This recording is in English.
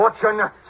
Fortune